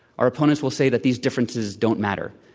our opponents will say that these differences don't matter.